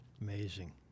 Amazing